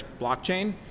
blockchain